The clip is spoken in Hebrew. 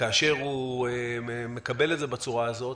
שכאשר הוא מקבל את זה בצורה הזאת,